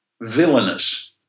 villainous